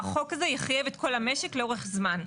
והחוק הזה יחייב את כל המשק לאורך זמן.